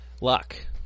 luck